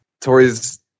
Tori's